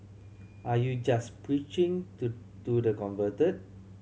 are you just preaching to to the converted